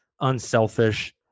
unselfish